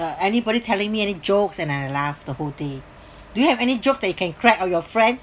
uh anybody telling me any jokes and I'll laughed the whole day do you have any joke that you can crack on your friends